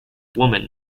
woman